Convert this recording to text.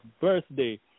birthday